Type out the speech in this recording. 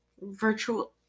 virtual